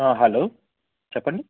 hello చెప్పండి